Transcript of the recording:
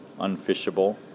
unfishable